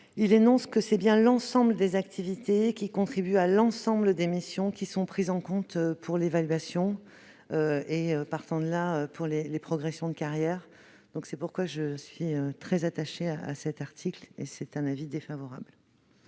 il précise que c'est bien l'ensemble des activités qui contribuent à l'ensemble des missions prises en compte pour l'évaluation et, partant de là, pour la progression des carrières. Je suis très attachée à cet article, et c'est pourquoi je suis défavorable